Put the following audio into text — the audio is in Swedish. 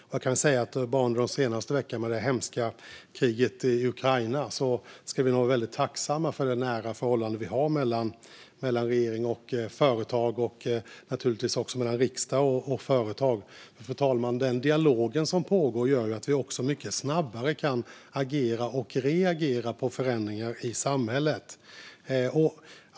Med tanke på den senaste veckan och det hemska kriget i Ukraina ska vi nog vara väldigt tacksamma för det nära förhållande vi har mellan regering och företag och naturligtvis också mellan riksdag och företag. Fru talman! Den dialog som pågår gör också att vi mycket snabbare kan agera och reagera på förändringar i samhället.